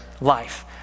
life